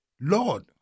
Lord